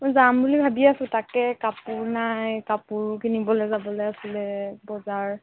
যাম বুলি ভাবি আছোঁ তাকে কাপোৰ নাই কাপোৰো কিনিবলৈ যাবলৈ আছিলে বজাৰ